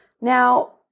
Now